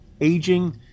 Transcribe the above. aging